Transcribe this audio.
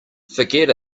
forget